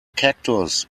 cactus